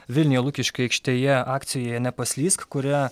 vilniuje lukiškių aikštėje akcijoje nepaslysk kurią